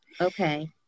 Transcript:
Okay